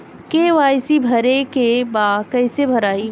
KYC भरे के बा कइसे भराई?